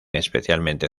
especialmente